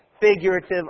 figurative